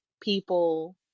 people